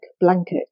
blanket